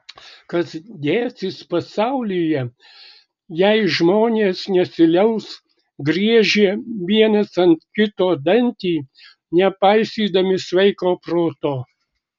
kas dėsis pasaulyje jei žmonės nesiliaus griežę vienas ant kito dantį nepaisydami sveiko proto